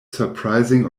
surprising